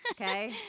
okay